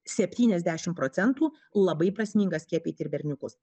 septyniasdešimt procentų labai prasminga skiepyt ir berniukus